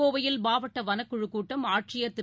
கோவையில் மாவட்டவளக்குழுக் கூட்டம் ஆட்சியர் திரு